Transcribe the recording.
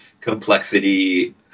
complexity